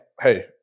hey